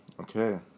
okay